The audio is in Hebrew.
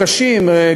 קשים,